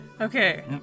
Okay